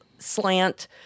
Slant